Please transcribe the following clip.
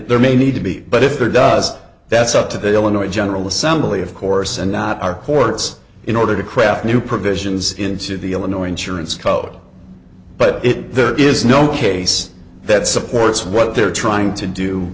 there may need to be but if there does that's up to the illinois general assembly of course and not our courts in order to craft new provisions into the illinois insurance code but it there is no case that supports what they're trying to do